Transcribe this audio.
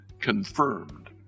confirmed